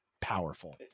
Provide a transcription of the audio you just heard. powerful